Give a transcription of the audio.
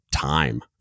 time